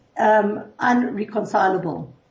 unreconcilable